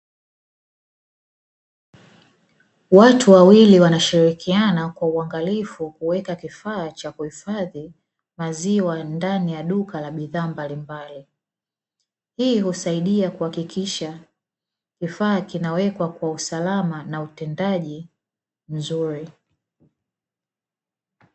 Watu wawili wanashirikiana kwa uangalifu kuweka kifaa cha kuhifadhi maziwa ndani ya duka la bidhaa mbalimbali, hii husaidia kuhakikisha kifaa kinawekwa kwa usalama na utendaji mzuri.